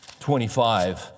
25